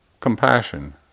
compassion